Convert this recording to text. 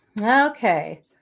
Okay